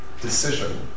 decision